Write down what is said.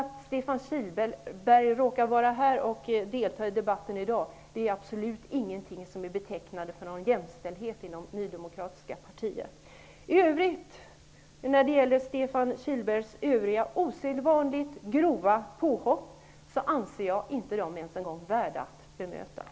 Att Stefan Kihlberg råkar vara här och delta i debatten i dag är absolut inget betecknande för jämställdheten inom det nydemokratiska partiet. I övrigt anser jag inte att Stefan Kihlbergs osedvanligt grova påhopp är värda att bemötas.